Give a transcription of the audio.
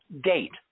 date